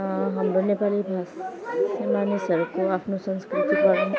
हाम्रो नेपाली भाषा मानिसहरूको आफ्नो संस्कृति परम्परा